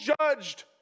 judged